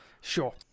sure